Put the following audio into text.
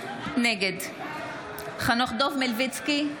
נגד חנוך דב מלביצקי,